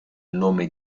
nome